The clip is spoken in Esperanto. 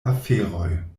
aferoj